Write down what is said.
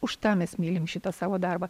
už tą mes mylim šitą savo darbą